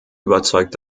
überzeugt